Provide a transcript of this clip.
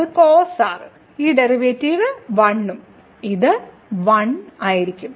അത് cos r ഈ derivative 1 ഉം ഇത് 1 ആയിരിക്കും